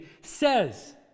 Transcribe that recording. says